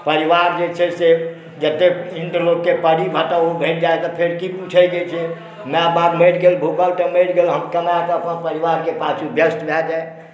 परिवार जे छै से जते इन्द्रलोकके परी भेंट जाए तऽ फेर ओ की पुछैके छै माय बाप मरि गेल भुखल तऽ मरि गेल हम कमा कऽ अपन परिवारके पाछु व्यस्त भऽ जाए